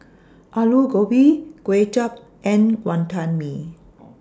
Aloo Gobi Kway Chap and Wantan Mee